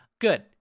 Good